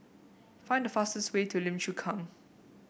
find the fastest way to Lim Chu Kang